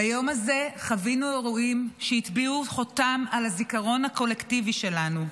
ביום הזה חווינו אירועים שהטביעו חותם על הזיכרון הקולקטיבי שלנו.